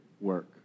work